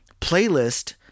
playlist